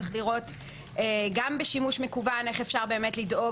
צריך לבדוק גם בשימוש מקוון איך אפשר לדאוג